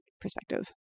perspective